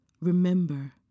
Remember